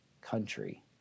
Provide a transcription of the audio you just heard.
country